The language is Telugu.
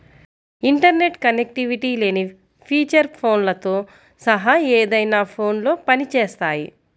ఇంటర్నెట్ కనెక్టివిటీ లేని ఫీచర్ ఫోన్లతో సహా ఏదైనా ఫోన్లో పని చేస్తాయి